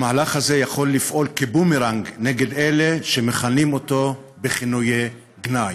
המהלך הזה יכול לפעול כבומרנג נגד אלה שמכנים אותו בכינויי גנאי.